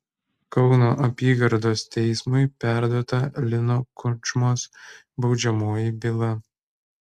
kauno apygardos teismui perduota lino kudžmos baudžiamoji byla